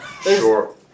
Sure